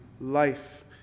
life